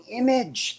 image